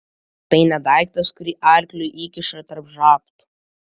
ar tai ne daiktas kurį arkliui įkiša tarp žabtų